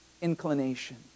inclination